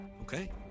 Okay